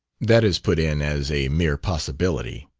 that is put in as a mere possibility